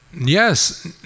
Yes